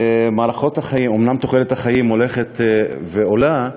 אומנם תוחלת החיים הולכת ועולה,